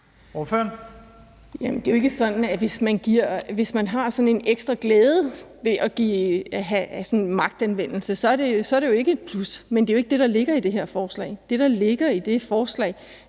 Ordføreren. Kl. 23:05 Heidi Bank (V): Hvis man har sådan en ekstra glæde ved at bruge magtanvendelse, så er det ikke plus, men det er jo ikke det, der ligger i det her forslag. Det, der ligger i det forslag,